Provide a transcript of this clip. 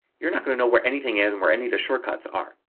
you're not going to know where anything is and where any of the shortcuts are.